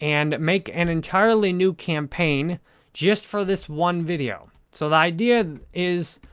and make an entirely new campaign just for this one video. so, the idea is